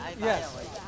Yes